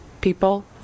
people